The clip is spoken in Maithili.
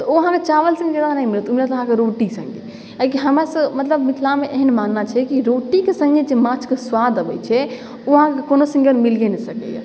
तऽ ओ चावल सङ्गे जादा नहि मिलत ओ मिलत अहाँके रोटी सङ्गे अइके हमरा सब मतलब मिथिलामे एहन मानना छै कि रोटीके सङ्गे जे माछके स्वाद अबै छै ओ अहाँके कोनो सङ्गे मिलिये नहि सकैए